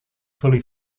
fully